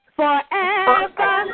forever